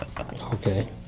Okay